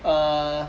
err